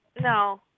No